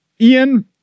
Ian